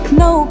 no